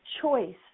choice